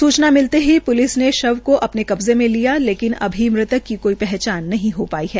सूचना मिलते ही प्लिस ने शव को अपने कब्जे में ले लिया लेकिन अभी मृतक की पहचान नहीं हो पाड्र है